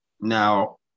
Now